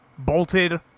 bolted